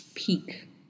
peak